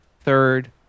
third